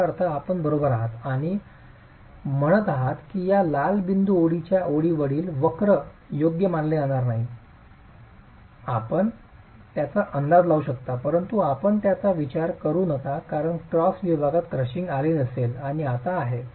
याचा अर्थ आपण बरोबर आहात आणि म्हणत आहात की या लाल बिंदूच्या ओळीच्या वरील वक्र योग्य मानले जाणार नाहीत आपण त्यांचा अंदाज लावू शकता परंतु आपण त्यांचा विचार करू नका कारण क्रॉस विभागात क्रशिंग आली असेल आणि आता आहे